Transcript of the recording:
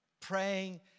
Praying